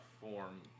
form